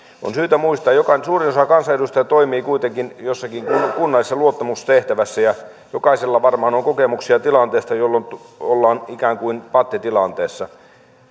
on syytä muistaa että suurin osa kansanedustajista toimii kuitenkin jossakin kunnassa luottamustehtävässä ja jokaisella varmaan on kokemuksia tilanteesta jolloin ollaan ikään kuin pattitilanteessa